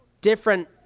different